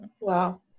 Wow